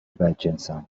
بدجنسم